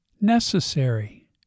necessary